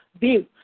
view